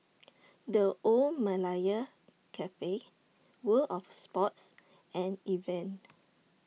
The Old Malaya Cafe World of Sports and Evian